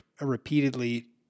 repeatedly